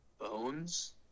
Bones